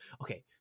okay